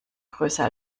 größer